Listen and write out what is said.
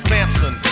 Samson